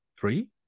three